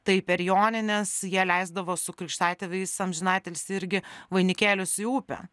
tai per jonines jie leisdavo su krikštatėviais amžiną atilsį irgi vainikėlius į upę